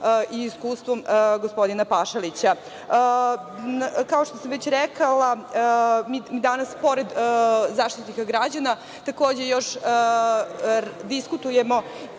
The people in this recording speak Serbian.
i iskustvom gospodina Pašalića. Kao što sam već rekla mi danas pored Zaštitnika građana, takođe, još diskutujemo